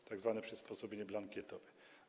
To tzw. przysposobienie blankietowe.